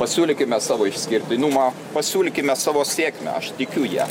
pasiūlykime savo išskirtinumą pasiūlykime savo sėkmę aš tikiu ja